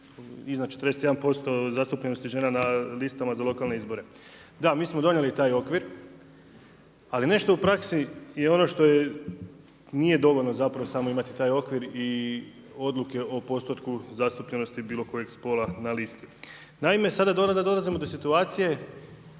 41% zastupljenosti žena na listama za lokalne izbore. Da, mi smo donijeli taj okvir ali nešto u praksi i ono što nije dovoljno samo imati taj okvir i odluke o postotku zastupljenosti bilo kojeg spola na listi. Naime, sada dolazimo do situacije